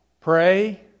pray